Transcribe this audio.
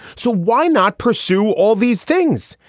so why not pursue all these things?